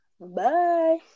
Bye